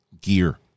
gear